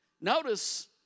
Notice